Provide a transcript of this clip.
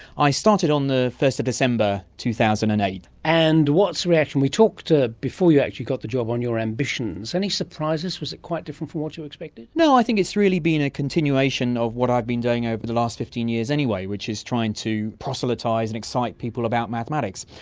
i started on the first of december two thousand and eight. and what's the reaction? we talked ah before you actually got the job on your ambitions. any surprises? was it quite different from what you expected? no, i think it's really been a continuation of what i've been doing over the last fifteen years anyway, which is trying to proselytise and excite people about mathematics.